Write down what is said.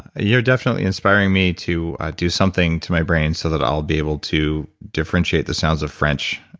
ah you're definitely inspiring me to do something to my brain, so that i'll be able to differentiate the sounds of french,